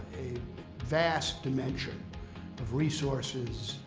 vast dimension of resources,